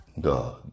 God